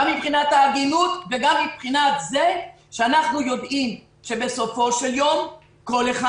גם מבחינת ההגינות וגם מבחינת זה שאנחנו יודעים שבסופו של יום כל אחד